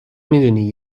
میدونی